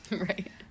right